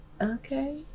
okay